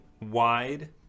wide